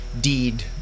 deed